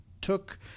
took